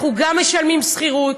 גם אנחנו משלמים שכירות.